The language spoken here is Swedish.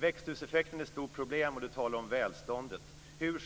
Växthuseffekten är ett väldigt stort problem, och Bo Lundgren talar om välståndet. Bo Lundgren? Hur